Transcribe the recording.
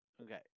Okay